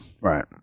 Right